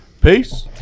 peace